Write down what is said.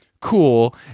cool